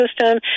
system